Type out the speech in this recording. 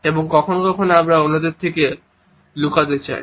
এবং কখনও কখনও আমরা অন্যদের থেকে লুকিয়ে রাখতে চাই